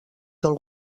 del